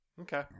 okay